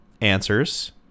answers